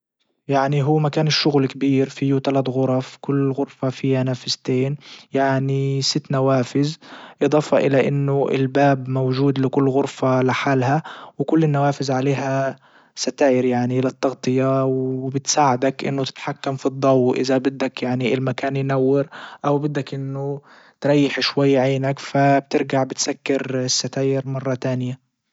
يعني هو ما كان الشغل كبير فيه تلات غرف كل غرفة فيها نافذتين يعني ست نوافذ اضافة الى انه الباب موجود لكل غرفة لحالها وكل النوافذ عليها ستاير يعني للتغطية وبتساعدك انه تتحكم في الضو اذا بدك يعني المكان ينور او بدك انه تريح شوي عينك فبترجع بتسكر الستاير مرة تانية